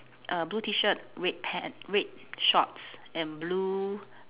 err blue T shirt red pant red shorts and blue